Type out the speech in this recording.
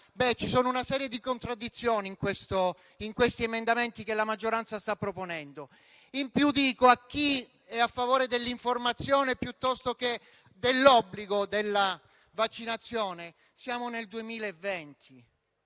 C'è una serie di contraddizioni in questi emendamenti che la maggioranza sta proponendo. In più, a chi è a favore dell'informazione piuttosto che dell'obbligo della vaccinazione, dico che siamo